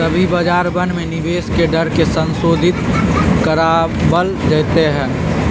सभी बाजारवन में निवेश के दर के संशोधित करावल जयते हई